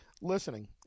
listening